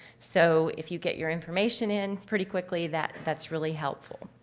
so if you get your information in pretty quickly, that that's really helpful.